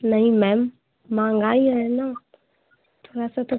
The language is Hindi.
नहीं मैम महँगाई है ना थोड़ा सा तो